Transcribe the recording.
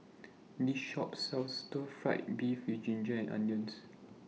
This Shop sells Stir Fried Beef with Ginger Onions